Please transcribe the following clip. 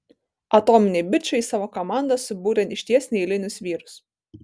atominiai bičai į savo komandą subūrė išties neeilinius vyrus